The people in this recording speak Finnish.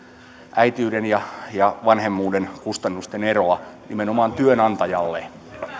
äitiyden ja ja vanhemmuuden kustannusten eroa nimenomaan työnantajalle